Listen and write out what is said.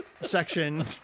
section